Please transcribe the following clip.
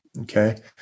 okay